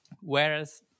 Whereas